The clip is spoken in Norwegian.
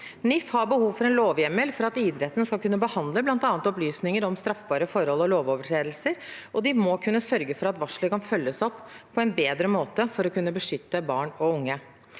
NIF har behov for en lovhjemmel for at idretten skal kunne behandle bl.a. opplysninger om straffbare forhold og lovovertredelser, og de må kunne sørge for at varsler kan følges opp på en bedre måte for å kunne beskytte barn og unge.